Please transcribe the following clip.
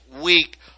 week